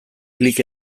klik